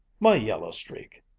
my yellow streak!